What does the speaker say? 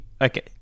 Okay